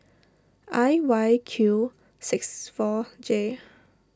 I Y Q six four J